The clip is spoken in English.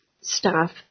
staff